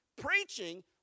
preaching